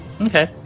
okay